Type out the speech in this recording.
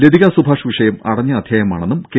ലതിക സുഭാഷ് വിഷയം അടഞ്ഞ അധ്യായമാണെന്നും കെ